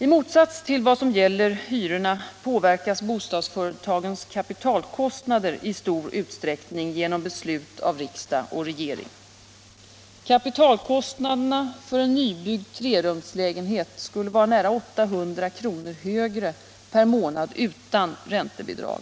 I motsats till vad som gäller hyrorna påverkas bostadsföretagens kapitalkostnader i stor utsträckning genom beslut av riksdag och regering. Kapitalkostnaderna för en nybyggd trerumslägenhet skulle vara nära 800 kr. högre per månad utan räntebidrag.